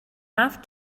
have